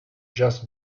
just